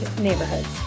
neighborhoods